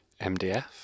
MDF